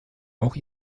auch